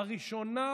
הראשונה והעיקרית,